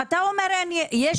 אתה אומר אין, יש